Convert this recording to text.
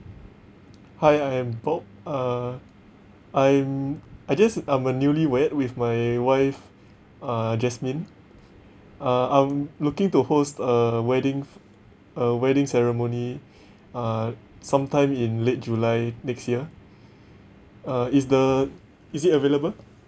hi I'm bob uh I'm I just I'm a newlywed with my wife uh jasmine uh I'm looking to host a wedding f~ a wedding ceremony uh sometime in late july next year uh is the is it available